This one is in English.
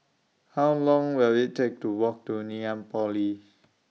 How Long Will IT Take to Walk to Ngee Ann Polytechnic